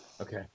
okay